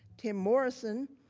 tim morrison,